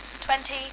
twenty